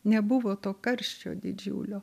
nebuvo to karščio didžiulio